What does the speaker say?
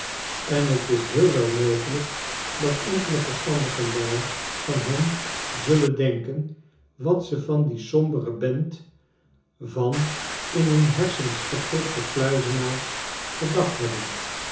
en tis heel wel mogelijk dat enkele verstandige lui van hen zullen denken wat ze van die sombere bent van in hun hersens geprikte kluizenaars gedacht hebben